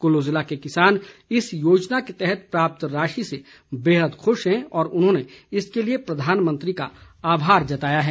कुल्लू जिले के किसान इस योजना के तहत प्राप्त राशि से बेहद खुश हैं और उन्होंने इसके लिए प्रधानमंत्री का आभार जताया है